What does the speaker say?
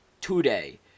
today